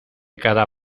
cada